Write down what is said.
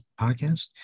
podcast